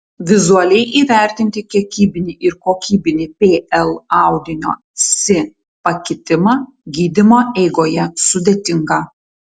vizualiai įvertinti kiekybinį ir kokybinį pl audinio si pakitimą gydymo eigoje sudėtinga